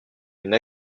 une